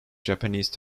japanese